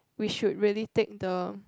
we should really take the